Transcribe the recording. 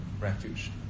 refuge